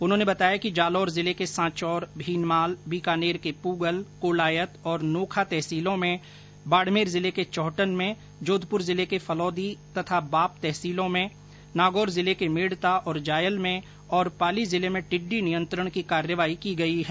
उन्होंने बताया कि जालौर जिले के सांचौर भीनमाल बीकानेर की पूगल कोलायत और नोखा तहसीलों में बाड़मेर जिले के चौहटन में जोधपुर जिले के फलौदी तथा बाप तहसीलों में नागौर जिले के मेडता और जायल में तथा पाली जिले में टिड्डी नियंत्रण की कार्यवाही की गई है